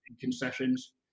concessions